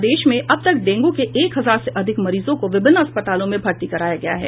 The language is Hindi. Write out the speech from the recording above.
प्रदेश में अब तक डेंगू के एक हजार से अधिक मरीजों को विभिन्न अस्पतालों में भर्ती कराया गया है